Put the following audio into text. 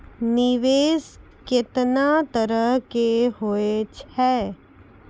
निवेश केतना तरह के होय छै?